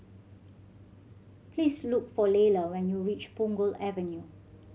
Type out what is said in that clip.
please look for Laylah when you reach Punggol Avenue